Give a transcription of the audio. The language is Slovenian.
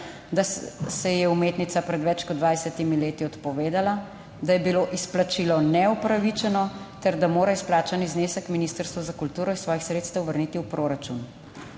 da se ji je umetnica pred več kot 20 leti odpovedala, da je bilo izplačilo neupravičeno ter da mora izplačani znesek Ministrstvo za kulturo iz svojih sredstev vrniti v proračun.